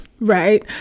Right